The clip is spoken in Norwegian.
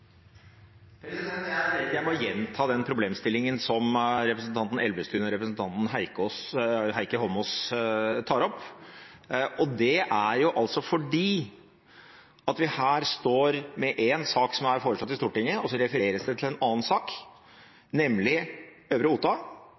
jeg må gjenta den problemstillingen som representanten Elvestuen og representanten Eidsvoll Holmås tar opp, for vi står her med en sak som er foreslått i Stortinget, og så refereres det til en annen sak, nemlig Øvre